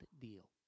deal